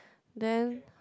then